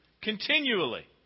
continually